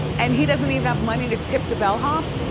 and he doesn't even have money to tip the bellhop?